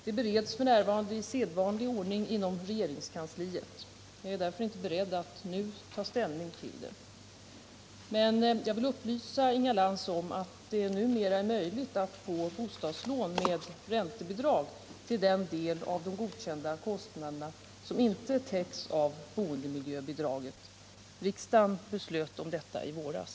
Det bereds f.n. i sedvanlig ordning inom regeringskansliet. Jag är därför inte beredd att nu ta ställning till det. Men jag vill upplysa Inga Lantz om att det numera är möjligt att få bostadslån med räntebidrag till den del av de godkända kostnaderna som inte täcks av boendemiljöbidraget. Riksdagen beslöt om detta i våras.